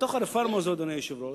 בתוך הרפורמה הזאת, אדוני היושב-ראש,